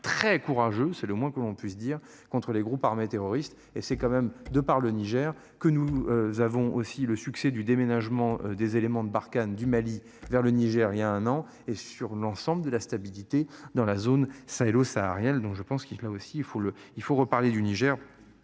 très courageux, c'est le moins que l'on puisse dire contre les groupes armés terroristes et c'est quand même de par le Niger, que nous avons aussi le succès du déménagement des éléments de Barkhane du Mali vers le Niger. Il y a un an et sur l'ensemble de la stabilité dans la zone sahélo-saharienne, donc je pense qu'il, là aussi